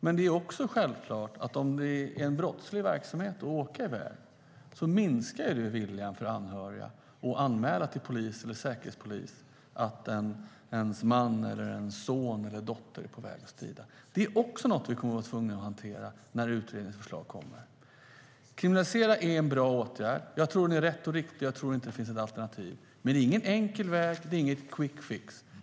Men det är självklart att om det är en brottslig verksamhet att åka iväg minskar det viljan hos anhöriga att anmäla till polis eller säkerhetspolis att ens man, son eller dotter är på väg för att strida. Det är också något som vi kommer att vara tvungna att hantera när utredningens förslag kommer. Att kriminalisera är en bra åtgärd. Jag tror att den är rätt och riktig och tror inte att det finns något alternativ. Men det är ingen enkel väg, inget quickfix.